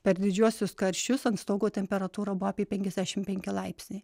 per didžiuosius karščius ant stogo temperatūra buvo apie penkiasdešimt penki laipsniai